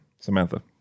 Samantha